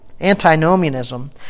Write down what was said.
antinomianism